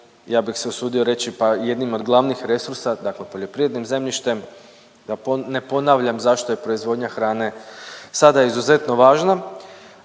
ja bih se usudio reći pa i jednim od glavnih resursa dakle poljoprivrednim zemljištem da ne ponavljam zašto je proizvodnja hrane sada izuzetno važna,